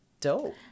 dope